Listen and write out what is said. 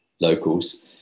locals